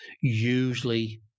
usually